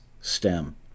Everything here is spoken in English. stem